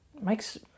Makes